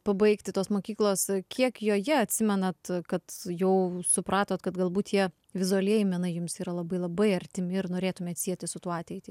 pabaigti tos mokyklos kiek joje atsimenat kad jau supratot kad galbūt tie vizualieji menai jums yra labai labai artimi ir norėtumėt sieti su tuo ateitį